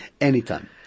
anytime